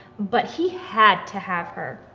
but he had to have her.